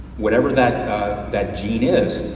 whatever that that gene is,